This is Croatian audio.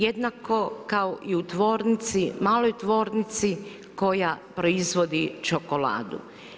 Jednako kao i u tvornici, maloj tvornici koja proizvodi čokoladu.